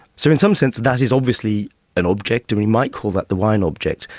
so in some sense, that is obviously an object, and we might call that the wine object.